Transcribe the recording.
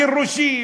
הגירושים,